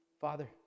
Father